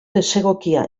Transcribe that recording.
desegokia